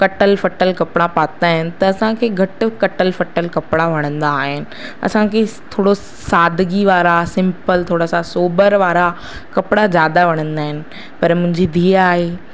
कटल फ़टल कपिड़ा पाता आहिनि त असांखे घटि कटल फ़टल कपिड़ा वणंदा आहिनि असांखे थोरो सादगी वारा सिंपल थोरा सा सोबर वारा कपिड़ा जादा वणदा आहिनि पर मुंहिंजी धीअ आहे